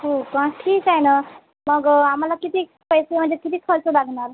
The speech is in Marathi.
हो का ठीक आहे ना मग आम्हाला किती पैसे म्हणजे किती खर्च लागणार